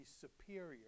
superior